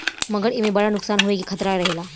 मगर एईमे बड़ा नुकसान होवे के खतरा रहेला